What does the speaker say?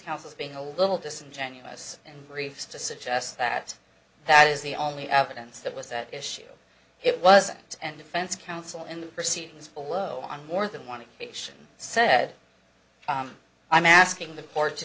counsel is being a little disingenuous and griefs to suggest that that is the only evidence that was that issue it wasn't an defense counsel in the proceedings follow on more than one occasion said i'm asking the court to